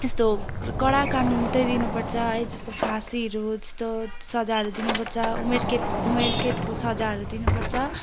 यस्तो कडा कानुन चाहिँ दिनुपर्छ है जस्तो फाँसीहरू जस्तो सजाहरू दिनुपर्छ उमेरकैद उमेरकैदको सजाहरू दिनुपर्छ